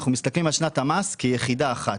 אנחנו מסתכלים על שנת המס כיחידה אחת.